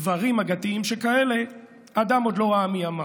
דברים אגדיים שכאלה אדם עוד לא ראה מימיו.